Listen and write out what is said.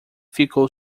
ficou